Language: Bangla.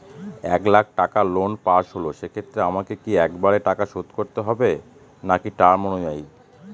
এক লাখ টাকা লোন পাশ হল সেক্ষেত্রে আমাকে কি একবারে টাকা শোধ করতে হবে নাকি টার্ম অনুযায়ী?